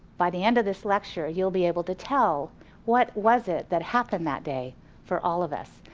by the end of this lecture, you'll be able to tell what was it that happened that day for all of us.